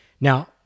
Now